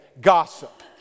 gossip